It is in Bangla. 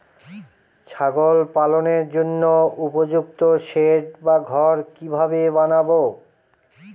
ছাগল পালনের জন্য উপযুক্ত সেড বা ঘর কিভাবে বানাবো?